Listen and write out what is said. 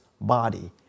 body